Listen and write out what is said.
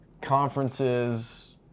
conferences